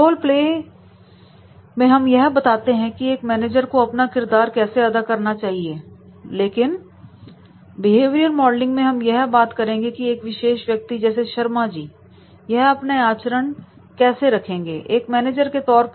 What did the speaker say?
roleplay में हम यह बताते हैं कि एक मैनेजर को अपना किरदार कैसे अदा करना चाहिए लेकिन बिहेवरेल मॉडलिंग में हम यह बात करेंगे कि एक विशेष व्यक्ति जैसे शर्मा जी यह अपना आचरण कैसे रखेंगे एक मैनेजर के तौर पर